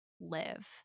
live